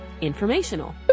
informational